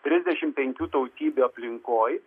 trisdešimt penkių tautybių aplinkoj